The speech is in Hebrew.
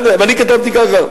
ואני כתבתי ככה,